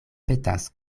petas